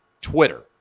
Twitter